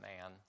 man